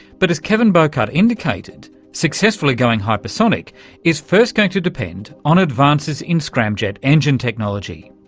but as kevin bowcutt indicated, successfully going hyper-sonic is first going to depend on advances in scramjet engine technology.